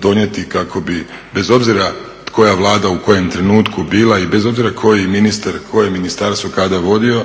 donijeti kako bi, bez obzira koja Vlada u kojem trenutku bila i bez obzira koji ministar je koje ministarstvo kada vodio,